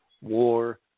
War